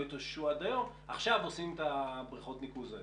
התאוששו ממנו עד היום עכשיו עושים את בריכות הניקוז האלה,